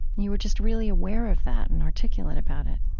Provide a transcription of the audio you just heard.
you were just really aware of that and articulate about it